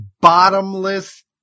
Bottomless